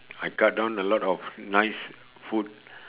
I cut down a lot of nice food